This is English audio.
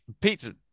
Pizza